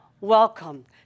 welcome